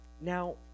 Now